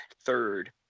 third